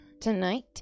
tonight